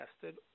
tested